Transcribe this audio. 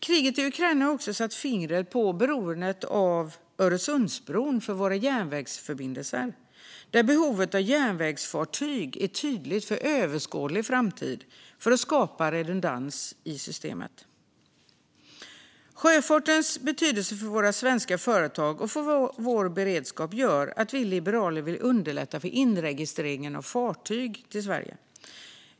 Kriget i Ukraina har också satt fingret på beroendet av Öresundsbron för våra järnvägsförbindelser, där behovet av järnvägsfartyg är tydligt för överskådlig framtid för att skapa redundans i systemet. Sjöfartens betydelse för våra svenska företag och för vår beredskap gör att vi liberaler vill underlätta för inregistreringen av fartyg till Sverige.